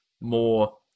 more